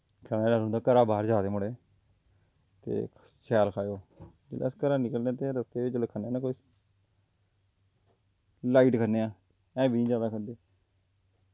घरा दा बाह्र जा दे मुड़े ते शैल खाएओ जिसलै अस घरा निकलने ते रस्ते अस खन्ने आं ते लाइट खन्ने आं हैवी निं जादा खंदे